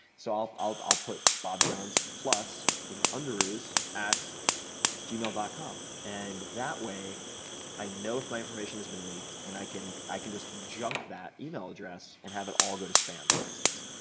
so i'll i'll put bobjones plus you know underoos at gmail dot com and that way i know if my information has been leaked and i can i can just junk that email address and have it all go to spam for instance.